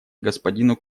господину